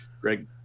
Greg